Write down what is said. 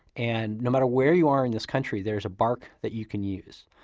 and no matter where you are in this country, there's a bark that you can use.